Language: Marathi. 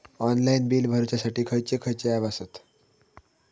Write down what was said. ऑनलाइन बिल भरुच्यासाठी खयचे खयचे ऍप आसत?